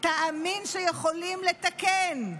תאמין שיכולים לתקן,